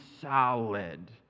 solid